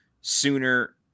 sooner